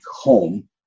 home